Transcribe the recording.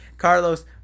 Carlos